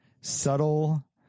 subtle